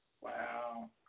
Wow